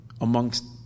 amongst